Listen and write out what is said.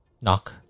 knock